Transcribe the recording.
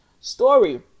story